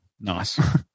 Nice